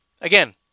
Again